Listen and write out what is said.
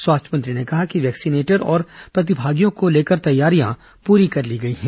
स्वास्थ्य मंत्री ने कहा कि वैक्सीनेटर और प्रतिभागियों को लेकर तैयारियां पूरी कर ली गई हैं